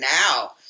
now